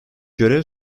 görev